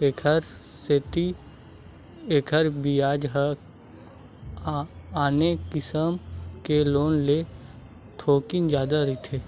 तेखर सेती एखर बियाज ह आने किसम के लोन ले थोकिन जादा रहिथे